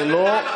זה לא,